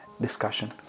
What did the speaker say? discussion